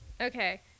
Okay